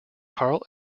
carl